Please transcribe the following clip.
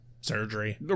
surgery